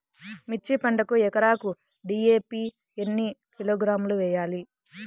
మిర్చి పంటకు ఎకరాకు డీ.ఏ.పీ ఎన్ని కిలోగ్రాములు వేయాలి?